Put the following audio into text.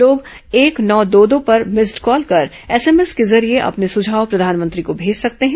लोग एक नौ दो दो पर मिस्ड कॉल कर एसएमएस के जरिए अपने सुझाव प्रधानमंत्री को भेज सकते हैं